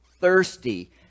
thirsty